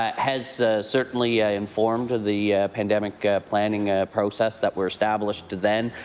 ah has certainly ah informed the pandemic planning ah process that were established then.